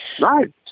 Right